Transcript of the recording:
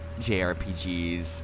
jrpgs